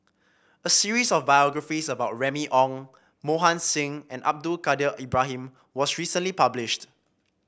a series of biographies about Remy Ong Mohan Singh and Abdul Kadir Ibrahim was recently published